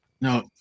no